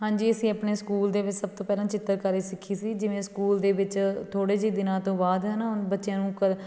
ਹਾਂਜੀ ਅਸੀਂ ਆਪਣੇ ਸਕੂਲ ਦੇ ਵਿੱਚ ਸਭ ਤੋਂ ਪਹਿਲਾਂ ਚਿੱਤਰਕਾਰੀ ਸਿੱਖੀ ਸੀ ਜਿਵੇਂ ਸਕੂਲ ਦੇ ਵਿੱਚ ਥੋੜ੍ਹੇ ਜਿਹੇ ਦਿਨਾਂ ਤੋਂ ਬਾਅਦ ਹੈ ਨਾ ਹੁਣ ਬੱਚਿਆਂ ਨੂੰ